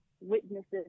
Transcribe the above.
witnesses